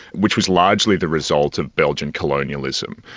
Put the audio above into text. which was largely the result of belgian colonialism.